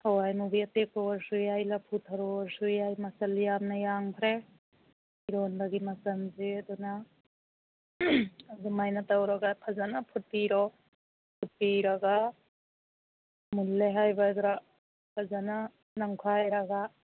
ꯍꯋꯥꯏ ꯃꯨꯕꯤ ꯑꯇꯦꯛꯄ ꯑꯣꯏꯔꯁꯨ ꯌꯥꯏ ꯂꯐꯨ ꯊꯔꯣ ꯑꯣꯏꯔꯁꯨ ꯌꯥꯏ ꯃꯆꯜ ꯌꯥꯝꯅ ꯌꯥꯝꯈ꯭ꯔꯣ ꯏꯔꯣꯟꯕꯒꯤ ꯃꯆꯜꯁꯤ ꯑꯗꯨꯅ ꯑꯗꯨꯃꯥꯏꯅ ꯇꯧꯔꯒ ꯐꯖꯅ ꯐꯨꯠꯄꯤꯔꯣ ꯐꯨꯠꯄꯤꯔꯒ ꯃꯨꯜꯂꯦ ꯍꯥꯏꯕꯗ ꯐꯖꯅ ꯅꯝꯈꯥꯏꯔꯒ